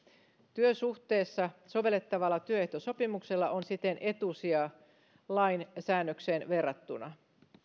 työsuhteessa sovellettavalla työehtosopimuksella on siten etusija lain säännökseen verrattuna